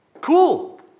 Cool